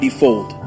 fold